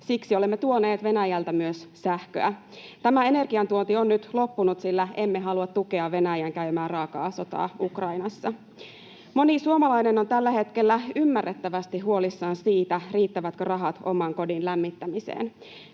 siksi olemme tuoneet Venäjältä myös sähköä. Tämä energiantuonti on nyt loppunut, sillä emme halua tukea Venäjän käymää raakaa sotaa Ukrainassa. Moni suomalainen on tällä hetkellä ymmärrettävästi huolissaan siitä, riittävätkö rahat oman kodin lämmittämiseen.